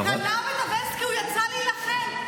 כי הוא יצא להילחם.